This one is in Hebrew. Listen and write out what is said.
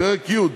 פרק י',